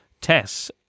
tests